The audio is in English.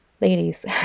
ladies